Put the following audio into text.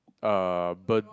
uh burnt